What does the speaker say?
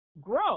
grow